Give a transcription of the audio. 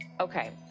Okay